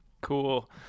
cool